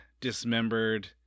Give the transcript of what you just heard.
dismembered